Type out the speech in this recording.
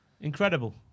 Incredible